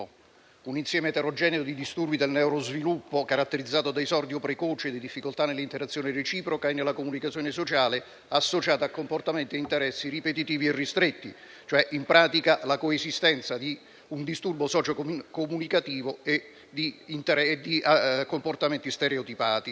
un insieme eterogeneo di disturbi del neurosviluppo, caratterizzato da esordio precoce di difficoltà nell'interazione reciproca e nella comunicazione sociale associata a comportamenti e interessi ripetitivi e ristretti. Si tratta, in pratica, della coesistenza di un disturbo socio-comunicativo e di comportamenti stereotipati.